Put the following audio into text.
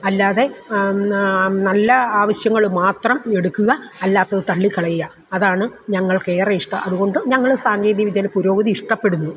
അല്ലാതെ നല്ല ആവശ്യങ്ങള് മാത്രം എടുക്കുക അല്ലാത്തത് തള്ളി കളയുക അതാണ് ഞങ്ങൾക്കേറെ ഇഷ്ടം അതുകൊണ്ട് ഞങ്ങള് സാങ്കേതിക വിദ്യയുടെ പുരോഗതി ഇഷ്ടപ്പെടുന്നു